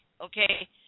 Okay